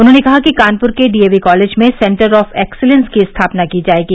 उन्होंने कहा कि कानपुर के डीएवी कॉलेज में सेन्टर ऑफ एक्सीलेंस की स्थापना की जायेगी